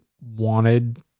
wanted